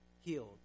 healed